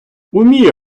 уміє